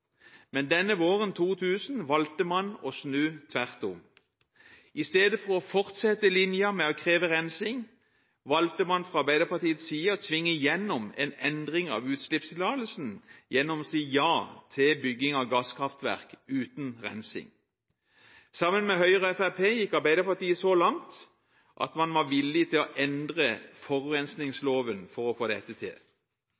våren 2000 valgte man å snu tvert om. I stedet for å fortsette linjen med å kreve rensing, valgte man fra Arbeiderpartiets side å tvinge igjennom en endring av utslippstillatelsen gjennom å si ja til bygging av gasskraftverk uten rensing. Sammen med Høyre og Fremskrittspartiet gikk Arbeiderpartiet så langt at man var villig til å endre